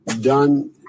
done